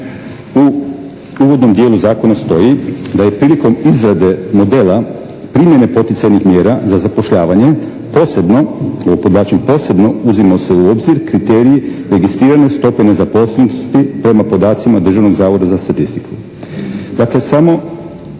u uvodnom dijelu zakona stoji da je prilikom izrade modela primjene poticajnih mjera za zapošljavanje posebno, ovo podvlačim posebno uzima se u obzir kriteriji registrirane stope nezaposlenosti prema podacima Državnog zavoda za statistiku. Dakle, samo